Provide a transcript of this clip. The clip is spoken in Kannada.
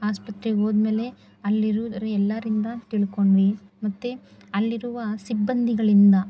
ಆಸ್ಪತ್ರೆಗೆ ಹೋದ್ಮೇಲೆ ಅಲ್ಲಿರೋರು ಎಲ್ಲರಿಂದ ತಿಳಕೊಂಡ್ವಿ ಮತ್ತು ಅಲ್ಲಿರುವ ಸಿಬ್ಬಂದಿಗಳಿಂದ